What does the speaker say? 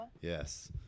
Yes